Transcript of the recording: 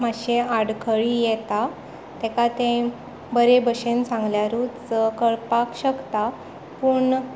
मातशे आडखळी येता ताका तें बरें भाशेन सांगल्यारूच कळपाक शकता पूण